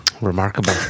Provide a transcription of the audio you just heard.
Remarkable